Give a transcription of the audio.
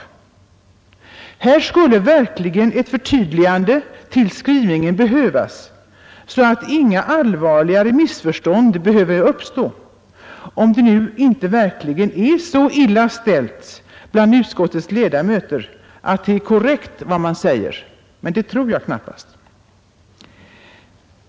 Här skulle verkligen ett förtydligande till skrivningen behövas så att inga allvarligare missförstånd behöver uppstå. Om det nu inte verkligen är så illa ställt bland utskottets ledamöter att det är korrekt vad som står, men det tror jag knappast.